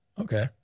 Okay